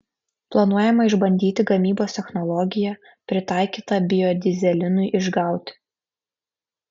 planuojama išbandyti gamybos technologiją pritaikytą biodyzelinui išgauti